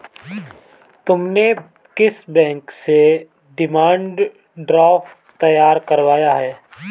तुमने किस बैंक से डिमांड ड्राफ्ट तैयार करवाया है?